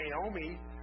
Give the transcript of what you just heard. Naomi